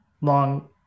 long